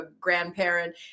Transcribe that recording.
grandparent